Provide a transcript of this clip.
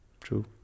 True